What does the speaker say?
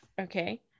okay